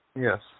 Yes